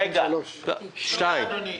רגע, אדוני.